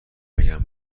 بگم